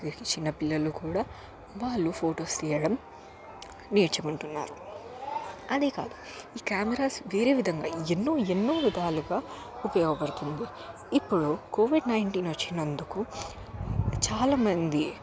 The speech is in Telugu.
అదే చిన్నచిన్న పిల్లలు కూడా వాళ్ళు ఫొటోస్ తీయడం నేర్చుకుంటున్నారు అదే కాదు ఈ కెమెరాస్ వేరే విధంగా ఎన్నో ఎన్నో విధాలుగా ఉపయోగపడుతుంది ఇప్పుడు కోవిడ్ నైంటీన్ వచ్చినందుకు చాల మంది